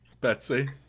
betsy